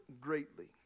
greatly